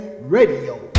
Radio